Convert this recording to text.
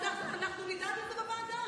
אנחנו נדאג לזה בוועדה.